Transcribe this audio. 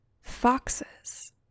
foxes